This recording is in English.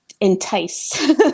entice